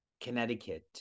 Connecticut